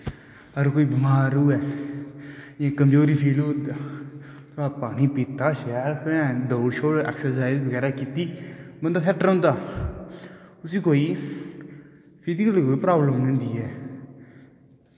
अगर कोई बमार होऐ कमजोरी फील होआ दी तां पानी पीत्ता शैल दौड़ सौड़ ऐक्सर्साईज कीती बंदा फिट्ट रौंह्दा उसी फिजीकल कोई प्राबलम निं होंदी ऐ